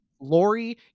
lori